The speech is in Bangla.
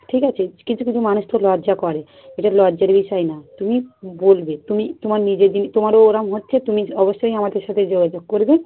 ঠিক আছে কিছু কিছু মানুষ তো লজ্জা করে এটা লজ্জার বিষয় না তুমি বলবে তুমি তোমার নিজেদের তোমারও ওই রকম হচ্ছে তুমি অবশ্যই আমাদের সথে যোগাযোগ করবে